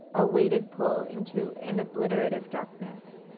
a weighted pull into an obliterative darkness.